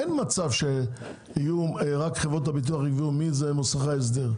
אין מצב שרק חברות הביטוח יקבעו מי הם מוסכי ההסדר.